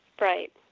right